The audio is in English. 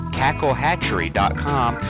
cacklehatchery.com